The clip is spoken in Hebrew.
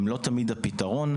הם לא תמיד הפתרון,